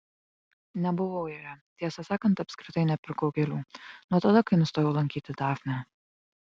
nebuvau joje tiesą sakant apskritai nepirkau gėlių nuo tada kai nustojau lankyti dafnę